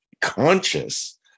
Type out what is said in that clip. conscious